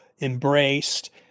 embraced